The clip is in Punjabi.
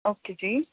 ਓਕੇ ਜੀ